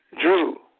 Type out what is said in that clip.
drew